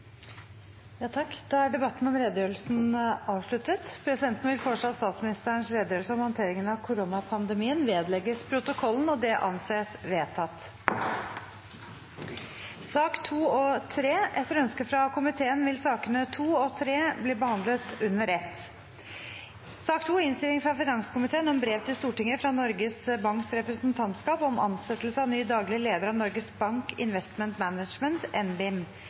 Da er debatten om redegjørelsen avsluttet. Presidenten vil foreslå at statsministerens redegjørelse om håndteringen av koronapandemien vedlegges protokollen. – Det anses vedtatt. Etter ønske fra finanskomiteen vil sakene nr. 2 og 3 bli behandlet under ett. Etter ønske fra finanskomiteen vil presidenten ordne debatten slik: 5 minutter til hver partigruppe og 5 minutter til medlemmer av